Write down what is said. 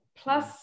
Plus